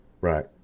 Right